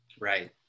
Right